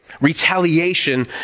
Retaliation